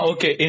Okay